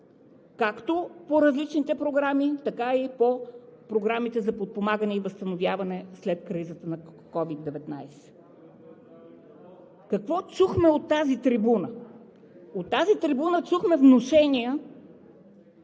както по различните програми, така и по програмите за подпомагане и възстановяване след кризата на COVID-19. Какво чухме от тази трибуна? От тази трибуна чухме внушения,